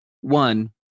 one